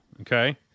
okay